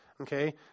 Okay